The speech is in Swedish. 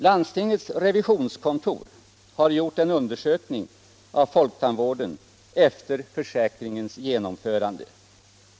Landstingets revisionskontor har gjort en undersökning av folktandvården efter försäkringens genomförande.